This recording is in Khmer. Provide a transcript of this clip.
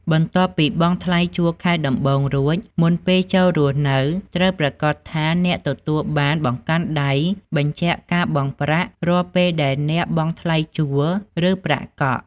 បន្ទាប់ពីបង់ថ្លៃជួលខែដំបូងរួច មុនពេលចូលរស់នៅ ត្រូវប្រាកដថាអ្នកបានទទួលបានបង្កាន់ដៃបញ្ជាក់ការបង់ប្រាក់រាល់ពេលដែលអ្នកបង់ថ្លៃជួល ឬប្រាក់កក់។